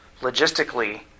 logistically